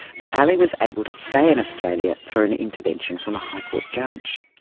but ali was able to stay in australia through an intervention from a high court judge.